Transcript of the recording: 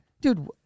Dude